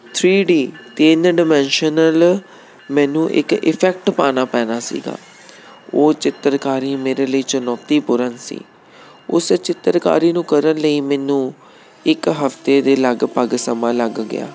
three D ਤਿੰਨ dimensional ਮੈਨੂੰ ਇੱਕ ਇਫੈਕਟ ਪਾਉਣਾ ਪੈਣਾ ਸੀਗਾ ਉਹ ਚਿੱਤਰਕਾਰੀ ਮੇਰੇ ਲਈ ਚੁਣੌਤੀਪੂਰਨ ਸੀ ਉਸ ਚਿੱਤਰਕਾਰੀ ਨੂੰ ਕਰਨ ਲਈ ਮੈਨੂੰ ਇੱਕ ਹਫਤੇ ਦੇ ਲਗਭਗ ਸਮਾਂ ਲੱਗ ਗਿਆ